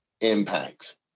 impacts